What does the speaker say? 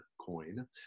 Coin